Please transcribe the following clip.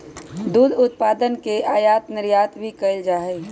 दुध उत्पादन के आयात निर्यात भी कइल जा हई